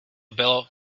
bylo